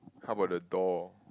how about the door